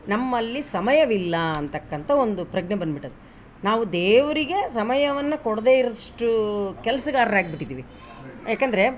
ನಮ್ಮಲ್ಲಿ ಸಮಯವಿಲ್ಲ ಅಂತಕ್ಕಂಥ ಒಂದು ಪ್ರಜ್ಞೆ ಬಂದ್ಬಿಟ್ಟಿದೆ ನಾವು ದೇವರಿಗೆ ಸಮಯವನ್ನು ಕೊಡದೆ ಇರೊಷ್ಟು ಕೆಲ್ಸಗಾರರಾಗಿ ಬಿಟ್ಟಿದೀವಿ ಯಾಕಂದರೆ